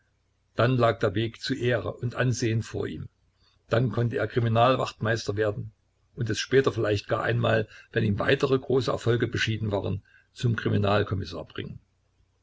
dann lag der weg zu ehre und ansehen vor ihm dann konnte er kriminalwachtmeister werden und es später vielleicht gar einmal wenn ihm weitere große erfolge beschieden waren zum kriminal kommissar bringen